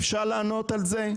אפשר לענות על זה באופן ישיר?